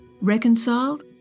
reconciled